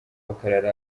bakarara